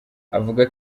avuga